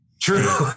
True